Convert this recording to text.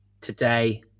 today